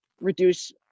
reduce